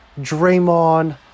Draymond